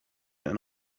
and